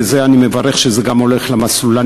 ואני מברך שזה גם הולך למסלול.